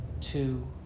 two